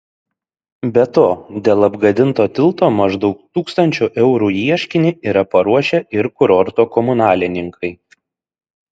be to dėl apgadinto tilto maždaug tūkstančio eurų ieškinį yra paruošę ir kurorto komunalininkai